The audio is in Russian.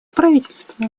правительства